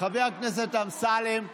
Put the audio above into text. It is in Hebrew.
חבר הכנסת אמסלם,